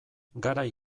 garai